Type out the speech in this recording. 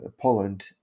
Poland